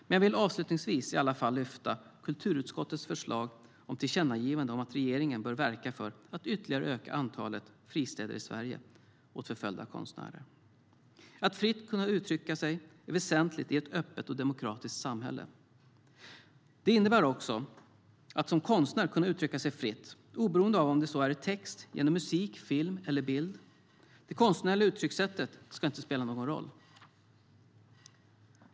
Men jag vill avslutningsvis i alla fall lyfta fram kulturutskottets förslag om ett tillkännagivande om att regeringen bör verka för att ytterligare öka antalet fristäder i Sverige för förföljda konstnärer. Att fritt kunna uttrycka sig är väsentligt i ett öppet och demokratiskt samhälle. Det innebär att som konstnär kunna uttrycka sig fritt, oberoende av om det är i text, genom musik, film eller bild. Det konstnärliga uttryckssättet ska inte spela någon roll.